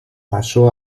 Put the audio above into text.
pasó